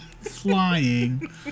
flying